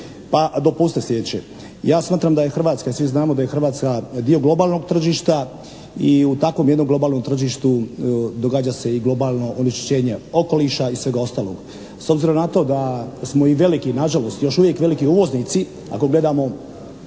Pa dopustite sljedeće. Ja smatram da je Hrvatska, i svi znamo da je Hrvatska dio globalnog tržišta i u takvom jednom globalnom tržištu događa se i globalno onečišćenje okoliša i svega ostalog. S obzirom na to da smo i veliki nažalost, još uvijek veliki uvoznici, ako gledamo,